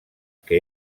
que